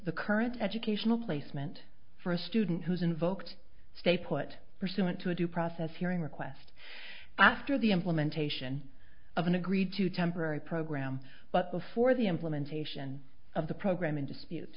the current educational placement for a student who's invoked stay put pursuant to a due process hearing request after the implementation of an agreed to temporary program but before the implementation of the program in dispute